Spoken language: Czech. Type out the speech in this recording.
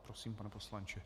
Prosím, pane poslanče.